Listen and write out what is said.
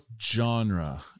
genre